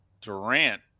Durant